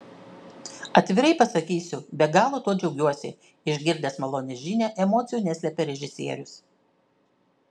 atvirai pasakysiu be galo tuo džiaugiuosi išgirdęs malonią žinią emocijų neslėpė režisierius